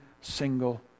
single